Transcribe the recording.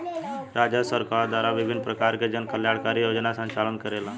राजस्व द्वारा सरकार विभिन्न परकार के जन कल्याणकारी योजना के संचालन करेला